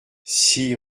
six